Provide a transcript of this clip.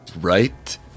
right